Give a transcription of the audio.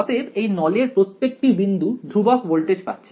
অতএব এই নলের প্রত্যেকটি বিন্দু ধ্রুবক ভোল্টেজ পাচ্ছে